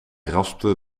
raspte